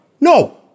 No